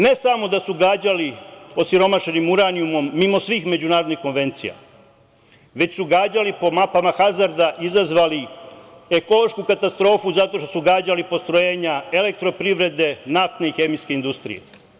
Ne samo da su gađali osiromašenim uranijumom mimo svih međunarodnih konvencija, već su gađali po mapama Hazarda, izazvali ekološku katastrofu zato što su gađali postrojenja Elektroprivrede, naftne i hemijske industrije.